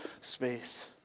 space